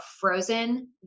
frozen